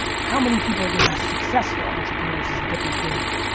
how many people are gonna be successful entrepreneurs is a different game.